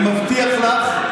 אני מבטיח לך,